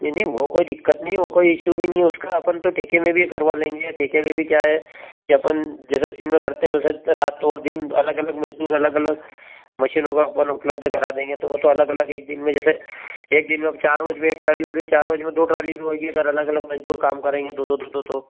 नहीं नहीं वो कोई दिक्कत नहीं है वो कोई इशू भी नहीं है उसका अपन तो ठेके में भी करवा लेंगे ठेके में भी क्या है कि अपन जैसा दिन में करते हैं वैसा रात और दिन अलग अलग मजदूर अलग अलग मशीनों का अपन उपलब्ध करा देंगे तो वो तो अलग अलग एक दिन में जैसे एक दिन में हम चार रोज में एक ट्राली हो रही है चार रोज में दो ट्राली भी होएगी अगर अलग अलग मजदूर काम करेंगे दो दो दो दो तो